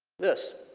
this